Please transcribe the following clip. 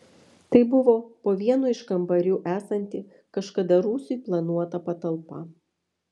tai buvo po vienu iš kambarių esanti kažkada rūsiui planuota patalpa